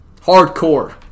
Hardcore